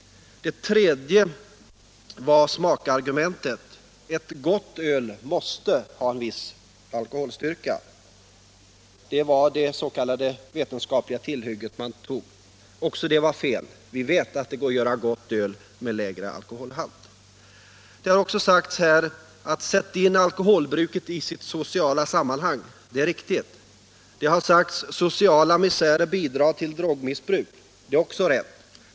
Den tredje tankegången var fotad på smakargumentet: ett gott öl måste ha en viss alkoholstyrka. Det var det ”vetenskapliga” tillhygge man tog till. Också det var fel. Vi vet att det går att göra ett gott öl med lägre alkoholhalt. Det har även sagts i denna debatt att vi skall sätta in alkoholbruket i sitt sociala sammanhang. Det är ett riktigt krav. Man har pekat på att social misär bidrar till drogmissbruk. Det är också rätt.